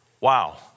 Wow